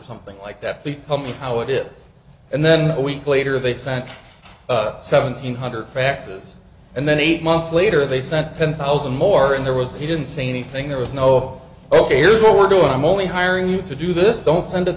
something like that please tell me how it is and then a week later they sent seventeen hundred faxes and then eight months later they sent ten thousand more and there was he didn't say anything there was no ok here's what we're doing i'm only hiring you to do this don't send